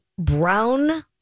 Brown